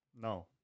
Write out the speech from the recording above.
No